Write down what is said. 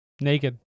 naked